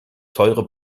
teure